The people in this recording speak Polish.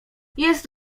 jest